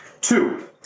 Two